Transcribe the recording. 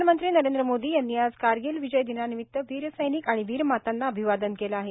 प्रधानमंत्री नरेंद्र मोदी यांनी आज कारगिल विजय दिनानिमित्त वीर सैनिक आणि वीर मातांना अभिवादन केलं आहे